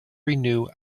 renew